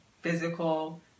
Physical